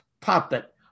puppet